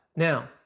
Now